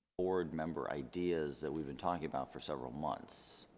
board member ideas that we've been talking about for several months